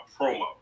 promo